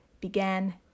began